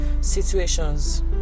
situations